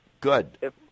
good